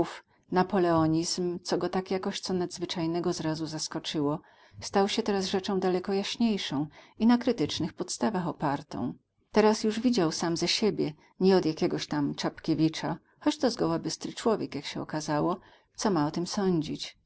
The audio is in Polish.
napoleonizm co go tak jako coś nadzwyczajnego zrazu zaskoczyło stało się teraz rzeczą daleko jaśniejszą i na krytycznych podstawach opartą teraz już wiedział sam ze siebie nie od jakiegoś tam czapkiewicza choć to zgoła bystry człowiek jak się okazało co ma o tym sądzić